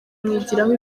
mwigiraho